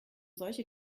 solche